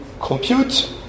compute